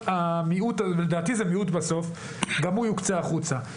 המיעוט הזה לדעתי זה מיעוט יוקצה החוצה.